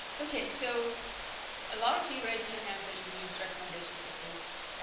okay so a lot of you raised your hands that you've used recommendation systems